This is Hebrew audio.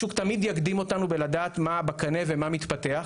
השוק תמיד יקדים אותנו בלדעת מה בקנה ומה מתפתח.